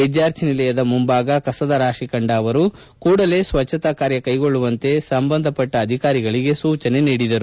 ವಿದ್ಯಾರ್ಥಿ ನಿಲಯದ ಮುಂಭಾಗ ಕಸದ ರಾಶಿ ಕಂಡ ಅವರು ಕೂಡಲೇ ಸ್ವಚ್ಛತಾ ಕಾರ್ಯಕೈಗೊಳ್ಳುವಂತೆ ಸಂಬಂಧಪಟ್ಟ ಅಧಿಕಾರಿಗಳಿಗೆ ಸೂಚನೆ ನೀಡಿದರು